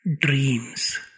dreams